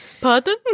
Pardon